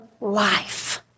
life